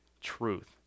truth